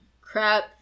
crap